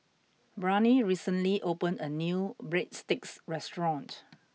Brianne recently opened a new Breadsticks restaurant